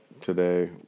today